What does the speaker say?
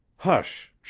hush,